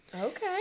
Okay